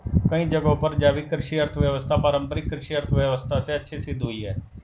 कई जगहों में जैविक कृषि अर्थव्यवस्था पारम्परिक कृषि अर्थव्यवस्था से अच्छी सिद्ध हुई है